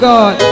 God